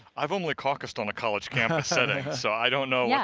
i've only caucused on a college campus setting. so i don't know yeah